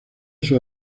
sus